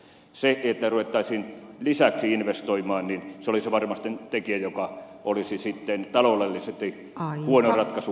se että ruvettaisiin lisäksi investoimaan olisi varmasti tekijä joka olisi sitten taloudellisesti huono ratkaisu kaikille osapuolille